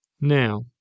Now